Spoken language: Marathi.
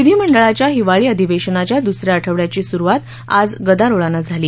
विधीमंडळाच्या हिवाळी अधिवेशनाच्या दुसऱ्या आठवड्याची सुरुवात आज गदारोळानं झाली